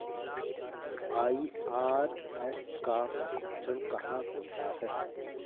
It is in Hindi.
आई.आर.एस का प्रशिक्षण कहाँ होता है?